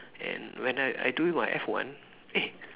and when I I doing my F one eh